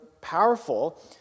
powerful